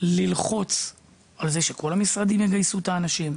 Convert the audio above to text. ללחוץ על זה שכל המשרדים יגייסו את האנשים,